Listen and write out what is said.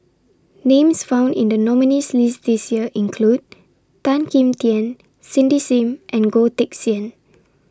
Names found in The nominees' list This Year include Tan Kim Tian Cindy SIM and Goh Teck Sian